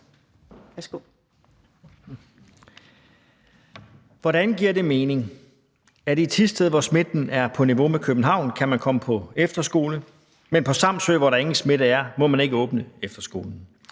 Hvordan giver det mening, at man i Thisted, hvor smitten er på niveau med København, kan komme på efterskole, men på Samsø, hvor der ingen smitte er, må man ikke åbne efterskolen?